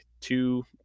two